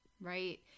Right